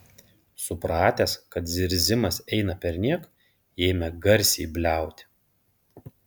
supratęs kad zirzimas eina perniek ėmė garsiai bliauti